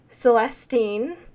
Celestine